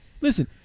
listen